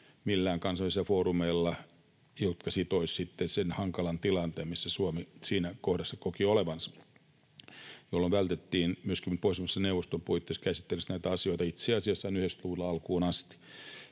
millään kansainvälisillä foorumeilla, jotka sitoisivat sitten sen hankalan tilanteen, missä Suomi siinä kohdassa koki olevansa, jolloin vältettiin myöskin Pohjoismaiden neuvoston puitteissa käsittelemästä näitä asioita itse asiassa aina 90-luvun alkuun asti.